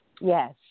Yes